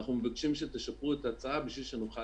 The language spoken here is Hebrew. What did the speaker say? אנחנו מבקשים שתשפרו את ההצעה כדי שנוכל